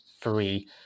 free